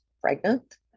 pregnant